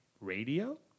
radio